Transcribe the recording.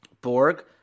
Borg